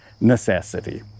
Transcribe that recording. necessity